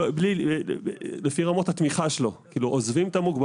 פרק ג', סעיף 7(א).